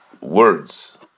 words